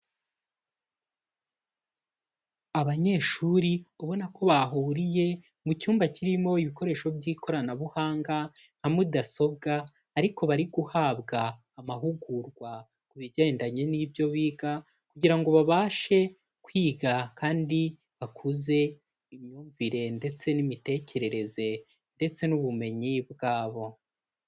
Abanyeshuri ubona ko bahuriye mu cyumba kirimo ibikoresho by'ikoranabuhanga nka mudasobwa, ariko bari guhabwa amahugurwa ku bigendanye n'ibyo biga, kugira ngo babashe kwiga kandi bakuze imyumvire ndetse n'imitekerereze ndetse n'ubumenyi bwabo.